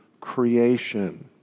creation